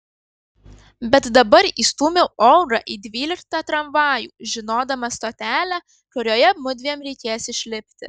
bet dabar įstūmiau olgą į dvyliktą tramvajų žinodama stotelę kurioje mudviem reikės išlipti